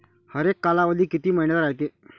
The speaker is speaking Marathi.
हरेक कालावधी किती मइन्याचा रायते?